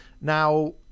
Now